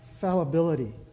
fallibility